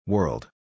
World